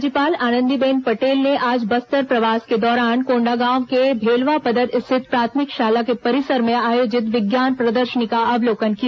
राज्यपाल आनंदीबेन पटेल ने आज बस्तर प्रवास के दौरान कोण्डागांव के भेलवापदर स्थित प्राथमिक शाला के परिसर में आयोजित विज्ञान प्रदर्शनी का अवलोकन किया